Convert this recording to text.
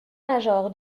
major